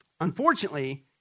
Unfortunately